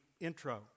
intro